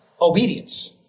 obedience